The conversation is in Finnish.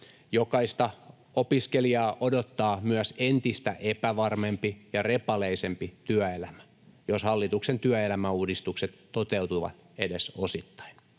Jokaista opiskelijaa odottaa myös entistä epävarmempi ja repaleisempi työelämä, jos hallituksen työelämäuudistukset toteutuvat edes osittain.